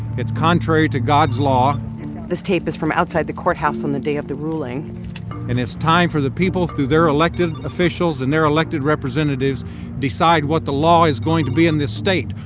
it's contrary to god's law this tape is from outside the courthouse on the day of the ruling and it's time for the people, through their elected officials and their elected representatives, to decide what the law is going to be in this state.